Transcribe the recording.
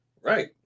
Right